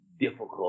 difficult